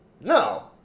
No